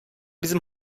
bizim